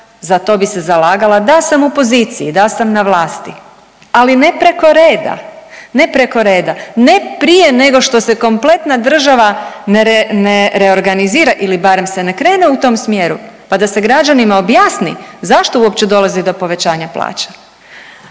za to bih se zalagala da sam u poziciji, da sam na vlasti. Ali ne preko reda, ne preko reda, ne prije nego što se kompletna država ne reorganizira ili barem se ne krene u tom smjeru, pa da se građanima objasni zašto uopće dolazi do povećanja plaća.